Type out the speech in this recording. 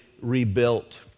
rebuilt